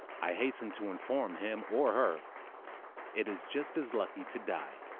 i hasten to inform him or her it is just as lucky to die,